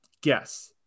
guess